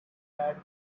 had